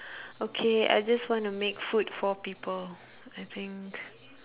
okay I just wanna make food for people I think